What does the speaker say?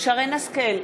שרן השכל,